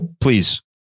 Please